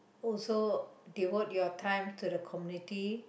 also devote your time to the community